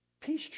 Peace